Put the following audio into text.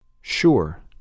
Sure